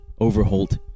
Overholt